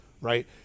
right